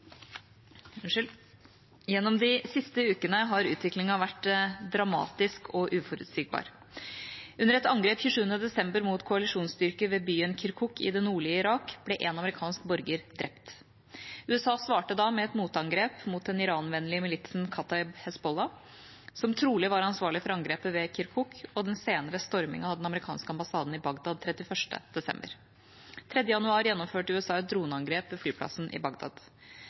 Gjennom de siste ukene har utviklingen vært dramatisk og uforutsigbar. Under et angrep 27. desember mot koalisjonsstyrker ved byen Kirkuk i det nordlige Irak ble en amerikansk borger drept. USA svarte da med et motangrep mot den Iran-vennlige militsen Kata'ib Hezbollah, som trolig var ansvarlig for angrepet ved Kirkuk og den senere stormingen av den amerikanske ambassaden i Bagdad 31. desember. Den 3. januar gjennomførte USA et droneangrep ved flyplassen i Bagdad.